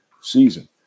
season